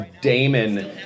Damon